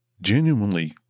genuinely